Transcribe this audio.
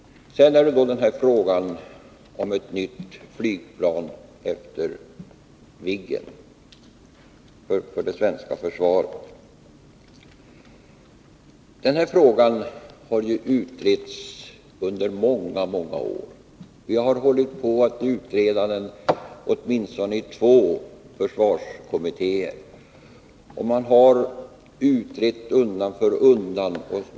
Så har vi frågan om ett nytt flygplan efter Viggen för det svenska försvaret. Denna fråga har utretts under många år. Under åtminstone två försvarskom mittéer har man utrett flygplansfrågan undan för undan.